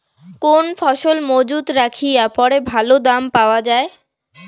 কোন ফসল মুজুত রাখিয়া পরে ভালো দাম পাওয়া যায়?